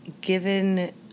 given